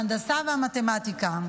ההנדסה והמתמטיקה.